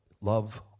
love